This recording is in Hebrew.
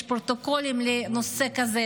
יש פרוטוקולים לנושא כזה,